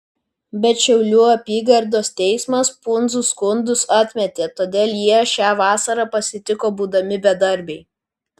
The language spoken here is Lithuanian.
bet šiaulių apygardos teismas pundzų skundus atmetė todėl jie šią vasarą pasitiko būdami bedarbiai